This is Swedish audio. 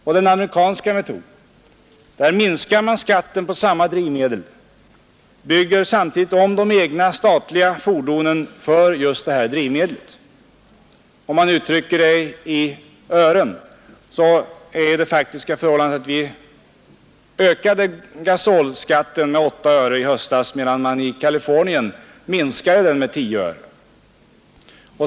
I Amerika minskar man skatten på samma drivmedel och bygger samtidigt om de egna statliga fordonen för användning av just detta drivmedel. Om man uttrycker det i siffror är det faktiska förhållandet att vi i höstas ökade gasolskatten med 8 öre medan man i Kalifornien minskade den med 10 öre.